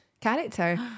character